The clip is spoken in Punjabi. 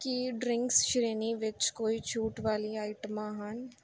ਕੀ ਡਰਿੰਕਸ ਸ਼੍ਰੇਣੀ ਵਿੱਚ ਕੋਈ ਛੂਟ ਵਾਲੀਆਂ ਆਈਟਮਾਂ ਹਨ